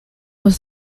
was